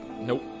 Nope